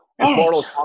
Mortal